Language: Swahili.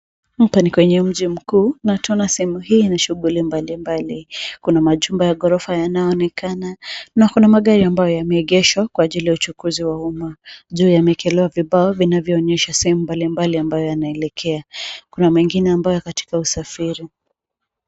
Hapa ni kwenye mji mkuu na tunaona sehemu hii ina shhughuli mbalimbali. Kuna majumba ya gorofa yanayo onekana, na kuna magari ambayo yameegeshwa kwa ajili ya uchukuzi wa uma. Juu yamewekelewa vibao vinavyo onyesha sehemu mbali mbali ambayo yanaelekea. Kina mengine ambayo yako katika usafiri.